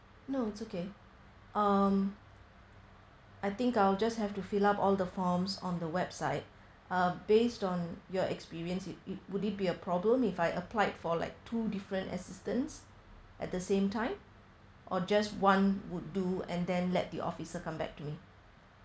no it's okay um I think I'll just have to fill up all the forms on the website uh based on your experience it it would it be a problem if I applied for like two different assistance at the same time or just one would do and then let the officer come back to me